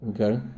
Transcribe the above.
Okay